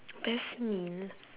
best meal